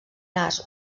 nas